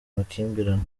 amakimbirane